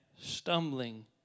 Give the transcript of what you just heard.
stumbling